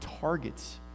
targets